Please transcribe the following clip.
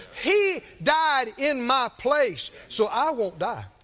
he died in my place so i won't die.